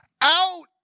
out